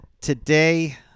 Today